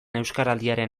euskaraldiaren